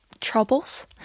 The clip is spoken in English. troubles